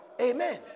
Amen